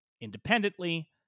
independently